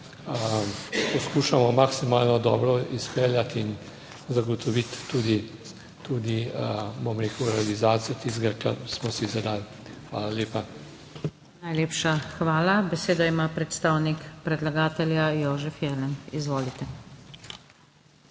poskušamo maksimalno dobro izpeljati in zagotoviti tudi bom rekel, realizacijo tistega, kar smo si zadali. Hvala lepa. PODPREDSEDNICA NATAŠA SUKIČ: Najlepša hvala. Besedo ima predstavnik predlagatelja, Jožef Jelen. Izvolite.